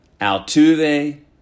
Altuve